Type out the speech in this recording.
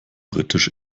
britisch